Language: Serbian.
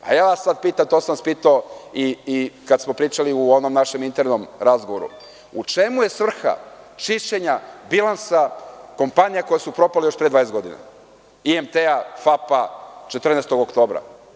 Pitam vas sada, to sam vas pitao i kad smo pričali u onom našem internom razgovoru – u čemu je svrha čišćenja bilansa kompanija koje su propale još pre 20 godina, IMT, FAP, „14, oktobra“